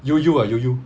悠游 ah 悠游